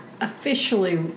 officially